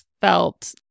felt